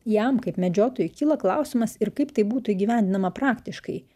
jam kaip medžiotojui kyla klausimas ir kaip tai būtų įgyvendinama praktiškai